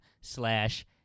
slash